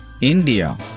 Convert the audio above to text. India